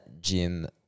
gym